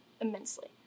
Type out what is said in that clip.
immensely